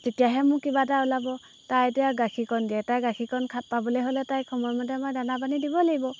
তেতিয়াহে মোক কিবা এটা ওলাব তাই এতিয়া গাখীৰকণ দিয়ে তাইৰ গাখীৰকণ খা পাবলৈ হ'লে তাইক সময়মতে মই দানাপানী দিবই লাগিব